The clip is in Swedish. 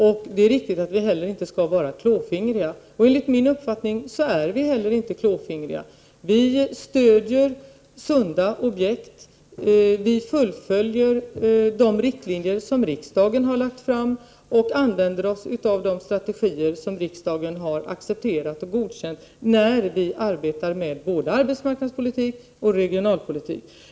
Det är också riktigt att vi inte skall vara klåfingriga. Enligt min uppfattning är vi inte heller det. Vi stödjer sunda objekt. Vi följer de riktlinjer som riksdagen har slagit fast, och vi använder oss av de strategier som riksdagen har accepterat och godkänt, när vi arbetar med såväl arbetsmarknadspolitik som regionalpolitik.